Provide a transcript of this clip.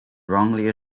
wrongly